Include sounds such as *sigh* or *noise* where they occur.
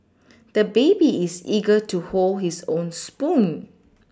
*noise* the baby is eager to hold his own spoon